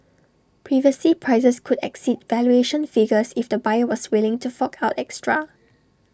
previously prices could exceed valuation figures if the buyer was willing to fork out extra